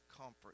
comfort